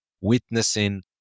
witnessing